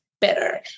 better